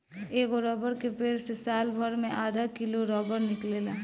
एगो रबर के पेड़ से सालभर मे आधा किलो रबर निकलेला